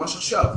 ממש עכשיו.